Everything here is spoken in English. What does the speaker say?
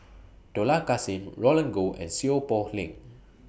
Dollah Kassim Roland Goh and Seow Poh Leng